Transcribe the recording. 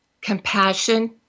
compassion